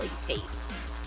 taste